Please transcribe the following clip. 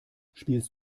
spielst